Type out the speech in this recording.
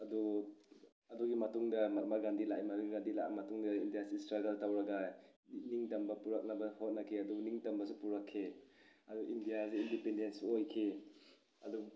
ꯑꯗꯨ ꯑꯗꯨꯒꯤ ꯃꯇꯨꯡꯗ ꯃꯥꯠꯃ ꯒꯥꯟꯗꯤ ꯂꯥꯛꯑꯦ ꯃꯍꯥꯠꯃ ꯒꯥꯟꯙꯤ ꯂꯥꯛꯑ ꯃꯇꯨꯡꯗ ꯏꯟꯗꯤꯌꯥꯁꯤ ꯁ꯭ꯇꯔꯒꯜ ꯇꯧꯔꯒ ꯅꯤꯡꯇꯝꯕ ꯄꯣꯔꯛꯅꯕ ꯍꯣꯠꯅꯈꯤ ꯑꯗꯨꯕꯨ ꯅꯤꯡꯇꯝꯕꯁꯤ ꯄꯨꯔꯛꯈꯤ ꯑꯗꯨ ꯏꯟꯗꯤꯌꯥꯁꯤ ꯏꯟꯗꯤꯄꯦꯟꯗꯦꯟꯁꯨ ꯑꯣꯏꯈꯤ ꯑꯗꯨ